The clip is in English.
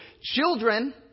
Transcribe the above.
children